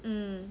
mm